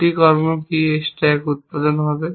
দুটি কর্ম কি এই স্ট্যাক উত্পাদন হবে